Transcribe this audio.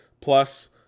plus